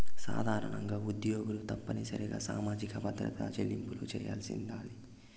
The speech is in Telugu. సాధారణంగా ఉద్యోగులు తప్పనిసరిగా సామాజిక భద్రత చెల్లింపులు చేయాల్సుండాది